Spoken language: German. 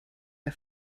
der